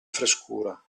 frescura